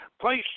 Place